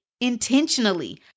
intentionally